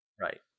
Right